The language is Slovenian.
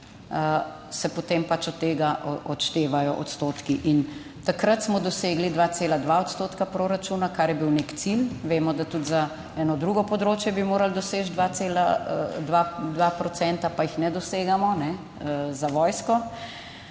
se potem pač od tega odštevajo odstotki. In takrat smo dosegli 2,2 odstotka proračuna, kar je bil nek cilj, vemo, da tudi za eno drugo področje bi morali doseči 2,2 procenta, pa jih ne dosegamo, za vojsko.